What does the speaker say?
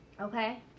okay